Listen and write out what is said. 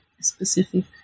specific